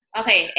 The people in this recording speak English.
okay